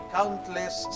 countless